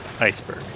iceberg